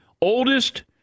Oldest